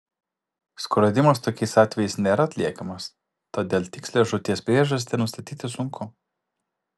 skrodimas tokiais atvejais nėra atliekamas todėl tikslią žūties priežastį nustatyti sunku